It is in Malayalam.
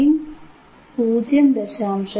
ഗെയിൻ 0